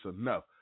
enough